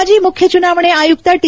ಮಾಜಿ ಮುಖ್ವ ಚುನಾವಣೆ ಆಯುಕ್ತ ಟಿ